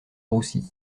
roussi